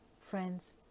friends